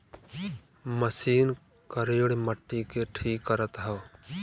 machine करेड़ मट्टी के ठीक करत हौ